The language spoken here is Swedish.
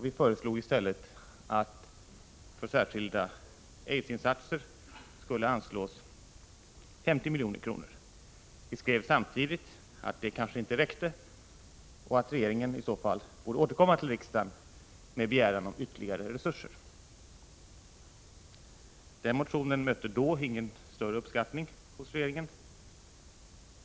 Vi föreslog i stället att det för särskilda aidsinsatser skulle anslås 50 milj.kr. Vi skrev samtidigt att detta kanske inte räckte och att regeringen i så fall borde återkomma till riksdagen med begäran om ytterligare resurser. Motionen väckte då ingen större uppskattning hos regeringen.